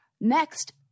Next